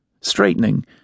Straightening